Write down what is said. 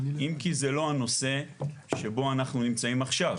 אם כי זה לא הנושא שבו אנחנו נמצאים עכשיו.